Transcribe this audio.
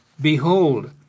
Behold